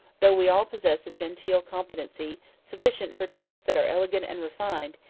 though we all possess a genteel competency, sufficient for tastes that are elegant and refined,